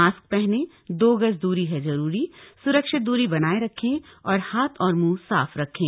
mask पहनें दो गज दूरी है जरूरी स्रक्षित दूरी बनाए रखें हाथ और मुंह साफ रखें